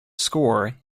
score